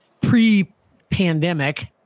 pre-pandemic